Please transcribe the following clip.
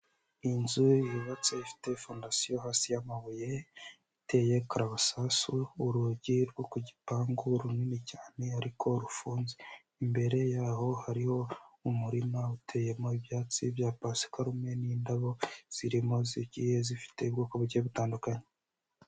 Inzu yubatse ifite fondation hasi y'amabuye iteye karabasasu, urugi rwo ku gipangu runini cyane ariko rufunze, imbere yaho hariho umurima uteyemo ibyatsi bya pasikarume n'indabo zirimo zigiye zifite ubwoko bugiye butandukanye.